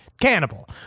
cannibal